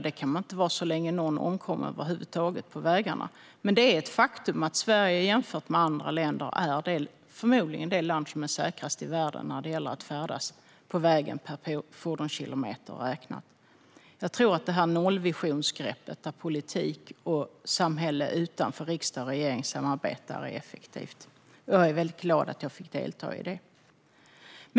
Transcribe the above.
Det kan man inte vara så länge någon omkommer över huvud taget på vägarna. Men det är ett faktum att Sverige jämfört med andra länder är det förmodligen säkraste landet i världen när det gäller att färdas på vägen räknat per fordonskilometer. Jag tror att nollvisionsgreppet där politik och samhälle utanför riksdag och regering samarbetar är effektivt, och jag är väldigt glad att jag fick delta i det.